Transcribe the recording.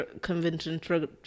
convention